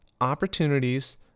opportunities